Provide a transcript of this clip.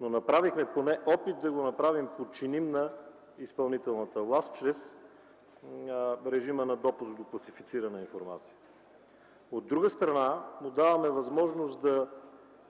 но направихме опит да го направим подчиним на изпълнителната власт чрез режима на допуск до класифицирана информация. От друга страна, даваме му възможност да